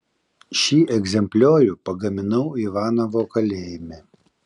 šį egzempliorių pagaminau ivanovo kalėjime